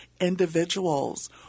individuals